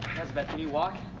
azabeth, can you walk?